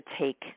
take